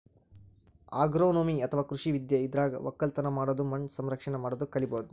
agronomy ಅಥವಾ ಕೃಷಿ ವಿದ್ಯೆ ಇದ್ರಾಗ್ ಒಕ್ಕಲತನ್ ಮಾಡದು ಮಣ್ಣ್ ಸಂರಕ್ಷಣೆ ಮಾಡದು ಕಲಿಬಹುದ್